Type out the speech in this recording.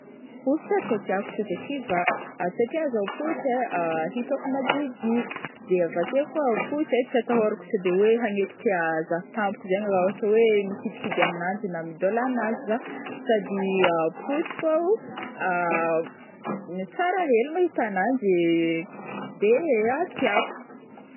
Posy zao tiàtiàko toizay kivà, satria zao posy ai, hitako madidi, de avake koa posy ai tsy atahôrako sode oe hagnekitra za tampoko zegny ra ôhatra oe mikidikidy aminanjy na midôla anazy za, sady posy koao tsara hely maita ananjy de tiàko.